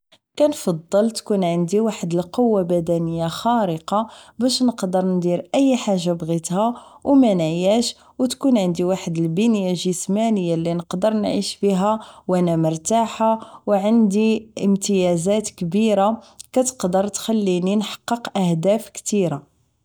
كنفضل تكون عندي واحد القوه بدنيه خارقه باش نقدر ندير اي حاجه. بغيتها ونعيش وتكون عندي واحد البنيه الجسمانيه اللي نقدر نعيش بيها وانا مرتاحه وعندي امتيازات كبيره كتقدر تخليني نحقق اهداف كثيره